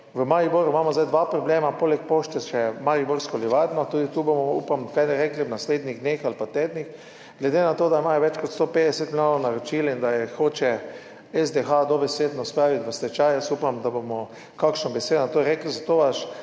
V Mariboru imamo zdaj dva problema, poleg Pošte še Mariborsko livarno Maribor. Tudi tu bomo, upam, kaj rekli v naslednjih dneh ali pa tednih, glede na to, da imajo več kot 150 milijonov naročil in da jo hoče SDH dobesedno spraviti v stečaj. Jaz upam, da bomo kakšno besedo rekli na to,